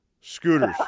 scooters